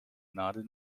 nadel